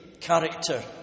character